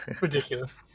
Ridiculous